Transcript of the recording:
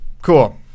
Cool